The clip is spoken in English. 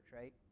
right